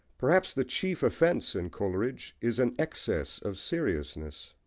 perhaps the chief offence in coleridge is an excess of seriousness,